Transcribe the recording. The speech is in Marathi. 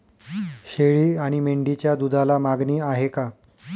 शेळी आणि मेंढीच्या दूधाला मागणी आहे का?